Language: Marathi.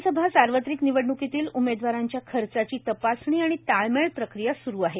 विधानसभा सार्वत्रिक निवडणुकीतील उमेदवारांची खर्चाची तपासणी आणि ताळमेळ प्रक्रिया सुरु आहे